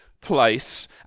place